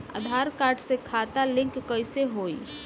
आधार card से खाता link कईसे होई?